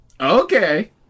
Okay